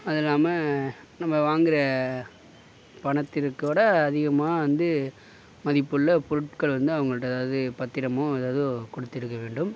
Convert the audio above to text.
அதுவும் இல்லாம நம்ப வாங்குற பணத்திற்குகோட அதிகமாக வந்து மதிப்புள்ள பொருட்கள் வந்து அவங்களோட அதாவது பத்திரமோ எதாவது கொடுத்திருக்க வேண்டும்